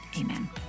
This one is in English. amen